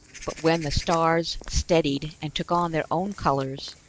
but when the stars steadied and took on their own colors,